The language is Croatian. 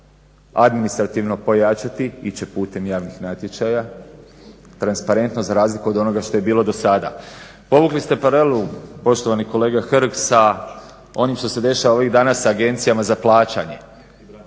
administrativno pojačati, iće putem javnih natječaja, transparentno za razliku od onoga što je bilo do sada. Povukli ste paralelu poštovani kolega Hrg sa onim što se dešava ovih dana sa agencijama za plaćanje.